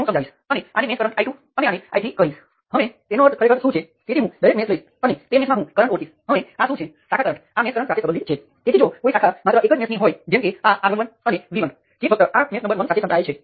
હવે ધ્યાનમાં લેવા જેવી બીજી બાબત એ છે કે કયો કેસ તમને સમીકરણો આપે છે અને અલબત્ત તમે આનાં વિશે સામાન્ય નિવેદન આપી શકતા નથી